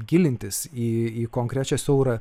gilintis į į konkrečią siaurą